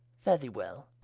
fare thee well